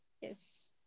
yes